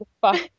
Fine